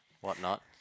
whatnot